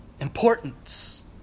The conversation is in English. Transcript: importance